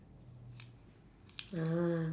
ah